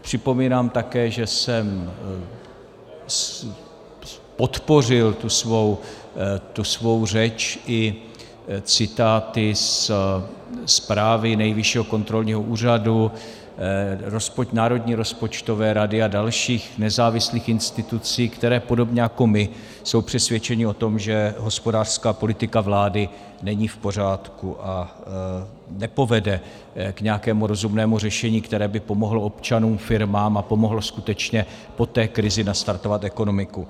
Připomínám také, že jsem podpořil tu svou řeč i citáty ze zprávy Nejvyššího kontrolního úřadu, Národní rozpočtové rady a dalších nezávislých institucí, které podobně jako my jsou přesvědčeny o tom, že hospodářská politika vlády není v pořádku a nepovede k nějakému rozumnému řešení, které by pomohlo občanům, firmám a pomohlo skutečně po té krizi nastartovat ekonomiku.